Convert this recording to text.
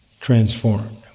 transformed